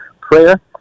prayer